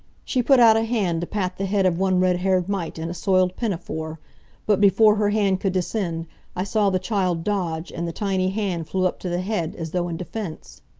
she put out a hand to pat the head of one red-haired mite in a soiled pinafore but before her hand could descend i saw the child dodge and the tiny hand flew up to the head, as though in defense.